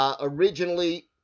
Originally